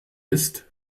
ist